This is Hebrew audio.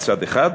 מצד אחד,